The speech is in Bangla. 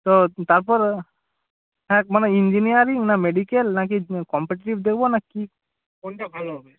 তো তারপর হ্যাঁ মানে ইঞ্জিনিয়ারিং না মেডিক্যাল না কি কম্পিটিটিভ দেবো না কী কোনটা ভালো হবে